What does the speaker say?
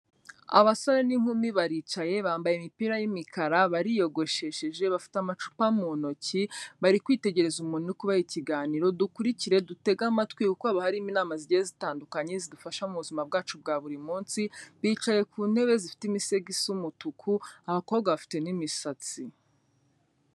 Abasore n'inkumi baricaye, bambaye imipira y'imikara, bariyogoshesheje, bafite amacupa mu ntoki, bari kwitegereza umuntu uri kubaha ikiganiro, dukurikire, dutege amatwi kuko haba hari inama zigiye zitandukanye zidufasha mu buzima bwacu bwa buri munsi, bicaye ku ntebe zifite imisego isa umutuku, abakobwa bafite n'imisatsi.